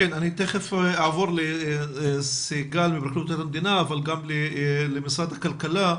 תיכף אעבור לסיגל מפרקליטות המדינה וגם למשרד הכלכלה.